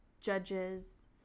judges